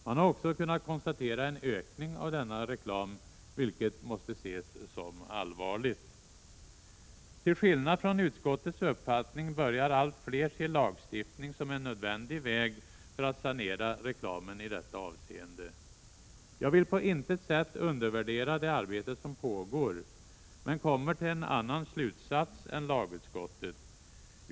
Man har också kunnat konstatera en ökning av denna reklam, vilket måste ses som allvarligt. Till skillnad från utskottets majoritet börjar allt fler se lagstiftning som en nödvändig väg för att sanera reklamen i detta avseende. Jag vill på intet sätt undervärdera det arbete som pågår, men kommer till en annan slutsats än lagutskottet.